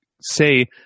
say